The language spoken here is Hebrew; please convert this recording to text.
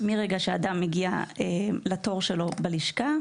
מרגע שאדם מגיע לתור שלו בלשכה,